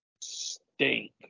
stink